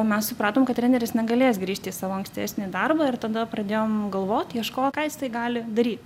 mes supratom kad treneris negalės grįžt į savo ankstesnį darbą ir tada pradėjom galvot ieškot ką jisai gali daryt